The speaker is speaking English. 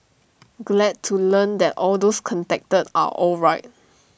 glad to learn that all those contacted are alright